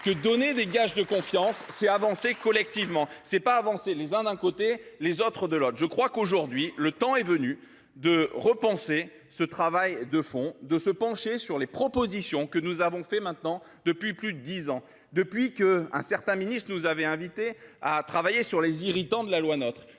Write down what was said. Donner des gages de confiance, c'est avancer collectivement et non pas les uns d'un côté, les autres en face ! Eh oui ! Je crois qu'aujourd'hui le temps est venu de repenser ce travail de fond, de se pencher sur les propositions que nous avons faites depuis plus de dix ans- depuis qu'un certain ministre nous avait invités à travailler sur les irritants de la loi NOTRe.